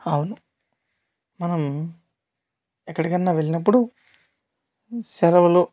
అవును మనం ఎక్కడికి అన్నా వెళ్ళినప్పుడు సెలవులు